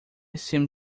seem